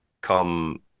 come